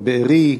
בארי,